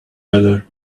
matter